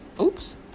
oops